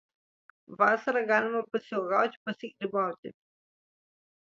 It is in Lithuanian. vasarą galima pasiuogauti pasigrybauti